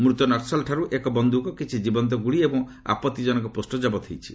ମୃତ ନକ୍କଲଠାରୁ ଏକ ବନ୍ଧୁକ କିଛି ଜୀବନ୍ତ ଗୁଳି ଏବଂ ଆପଭିଜନକ ପୋଷ୍ଟର ଜବତ ହୋଇଛି